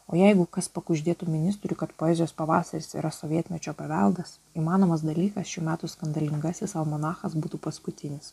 o jeigu kas pakuždėtų ministrui kad poezijos pavasaris yra sovietmečio paveldas įmanomas dalykas šių metų skandalingasis almanachas būtų paskutinis